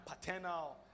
paternal